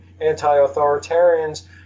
anti-authoritarians